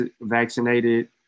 vaccinated